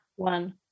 One